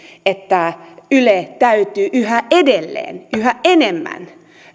että ylen täytyy yhä edelleen yhä enemmän